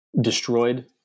destroyed